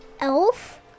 Elf